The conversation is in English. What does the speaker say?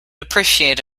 appreciate